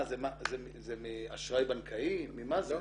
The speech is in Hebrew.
זה מאשראי בנקאי ממה זה?